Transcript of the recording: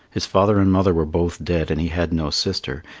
his father and mother were both dead and he had no sister.